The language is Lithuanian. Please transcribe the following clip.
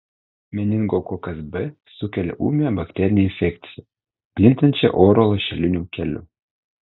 meningokokas b sukelia ūmią bakterinę infekciją plintančią oro lašeliniu keliu